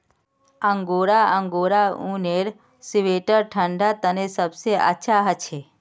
angora angora ऊनेर sweater ठंडा तने सबसे अच्छा हछे